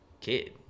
kid